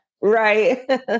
Right